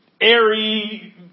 airy